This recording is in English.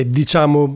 diciamo